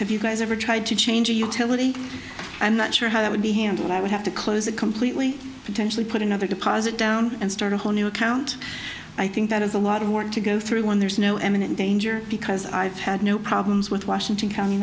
have you guys ever tried to change a utility i'm not sure how it would be handled i would have to close it completely potentially put another deposit down and start a whole new account i think that is a lot of work to go through when there is no eminent danger because i've had no problems with washington county